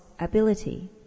ability